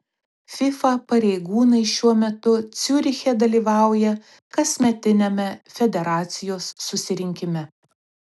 fifa pareigūnai šiuo metu ciuriche dalyvauja kasmetiniame federacijos susirinkime